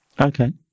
Okay